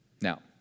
Now